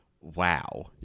wow